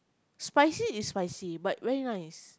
spicy is spicy but very nice